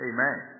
Amen